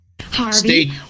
Harvey